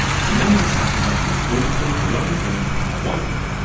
so now my satellite is orbiting around the earth how i want it.